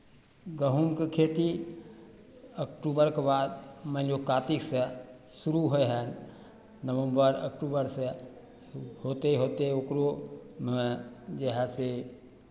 गहुमके खेती अक्टूबरके बाद मानि लियौ कातिकसँ शुरू होइ हए नवम्बर अक्टूबरसँ होते होते ओकरोमे जे हए से